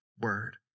Word